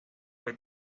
fue